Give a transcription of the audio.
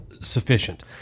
sufficient